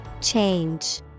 Change